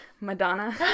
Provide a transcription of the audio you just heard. Madonna